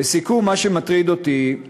לסיכום, מה שמטריד אותי הוא